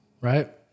right